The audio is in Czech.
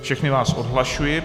Všechny vás odhlašuji.